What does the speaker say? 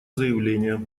заявление